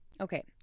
Okay